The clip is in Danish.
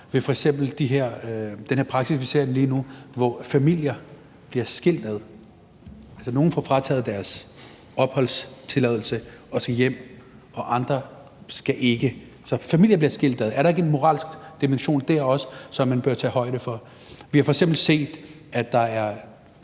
ved den her praksis, vi ser lige nu, hvor familier bliver skilt ad. Nogle får frataget deres opholdstilladelse og tager hjem, men andre skal ikke. Så familier bliver skilt ad. Er der ikke også der en moralsk dimension, som man bør tage højde for? Vi har f.eks. set, at der er